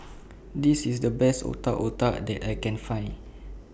This IS The Best Otak Otak that I Can Find